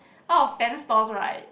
out of ten stalls right